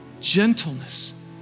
gentleness